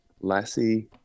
Lassie